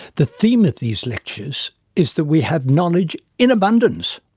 the theme of these lectures is that we have knowledge, in abundance.